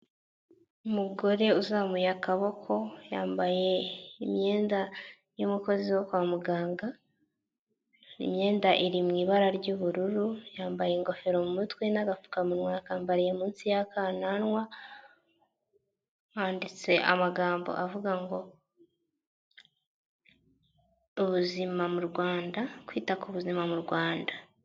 Umugore uzamuye akaboko yambaye imyenda y'umukozi wo kwa muganga, imyenda iri mw’ibara ry'ubururu, yambaye ingofero mu mutwe n'agapfukamunwa yakambariye munsi yakananwa. Handitse amagambo avuga ngo “ubuzima mu Rwanda kwita ku buzima mu Rwanda”.